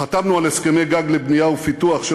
חתמנו על הסכמי גג לבנייה ופיתוח של